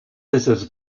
lizards